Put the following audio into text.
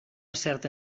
certa